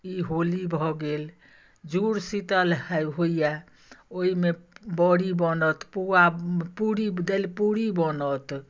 ई होली भऽ गेल जुड़ शीतल है होइए ओहिमे बड़ी बनत पुआ पूरी दालि पूड़ी बनत